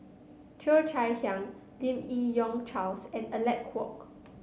Cheo Chai Hiang Lim Yi Yong Charles and Alec Kuok